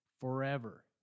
forever